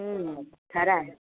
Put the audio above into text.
खरा